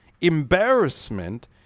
embarrassment